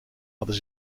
hadden